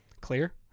Clear